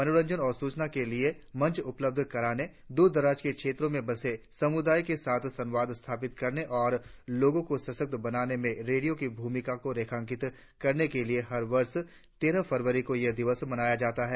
मनोरंजन और सूचना के लिए मंच उपलब्ध कराने दूर दराज के क्षेत्रों में बसे समुदायों के साथ संवाद स्थापित करने और लोगों को सशक्त बनाने में रेडियों की भूमिका को रेखांकित करने के लिए हर वर्ष तेरह फरवरी को यह दिन मनाया जाता है